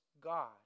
God